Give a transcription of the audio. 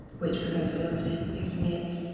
which prevents a lot of people getting it,